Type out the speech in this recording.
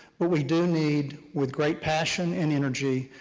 but we do need, with great passion and energy,